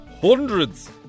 hundreds